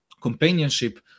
companionship